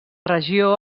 regió